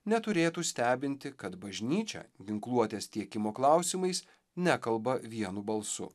neturėtų stebinti kad bažnyčia ginkluotės tiekimo klausimais nekalba vienu balsu